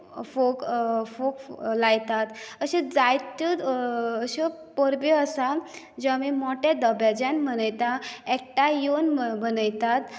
फोग फोग लायतात अश्यो जायत्यो अश्यो परबो आसात ज्यो आमी मोठ्या दबाज्यान मनयतात एकठांय येवून मनयतात